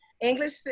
English